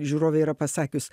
žiūrovė yra pasakius